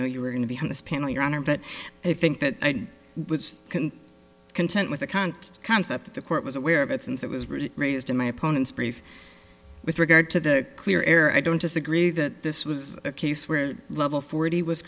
know you were going to be heard this point your honor but i think that was can content with the context concept that the court was aware of it since it was really raised in my opponent's brief with regard to the clear air i don't disagree that this was a case where level forty was